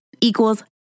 equals